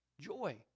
Joy